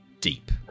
Deep